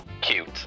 cute